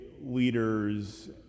leaders